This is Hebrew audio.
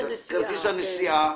כרטיסי הנסיעה